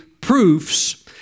proofs